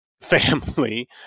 family